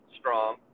strong